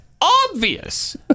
obvious